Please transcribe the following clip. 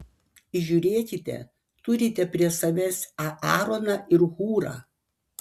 žiūrėkite turite prie savęs aaroną ir hūrą